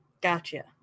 Gotcha